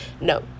No